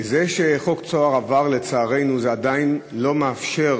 זה שחוק "צהר" עבר, לצערנו, עדיין לא מאפשר